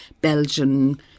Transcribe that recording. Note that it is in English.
Belgian